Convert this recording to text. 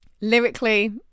lyrically